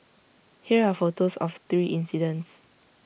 here are photos of the three incidents